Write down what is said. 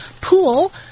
pool